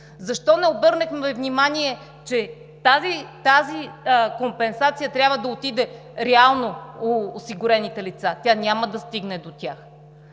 защо не обърнахме внимание, че тази компенсация трябва да отиде реално у осигурените лица, а тя няма да стигне до тях?